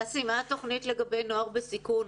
דסי, מה התוכנית לגבי נוער בסיכון?